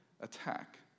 attack